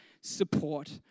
support